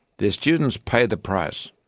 their students pay the price,